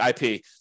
IP